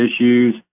issues